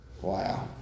Wow